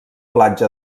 platja